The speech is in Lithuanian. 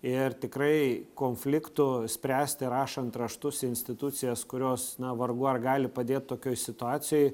ir tikrai konfliktų spręsti rašant raštus į institucijas kurios na vargu ar gali padėt tokioj situacijoj